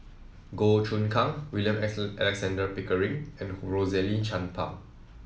Goh Choon Kang William Alexander Pickering and Rosaline Chan Pang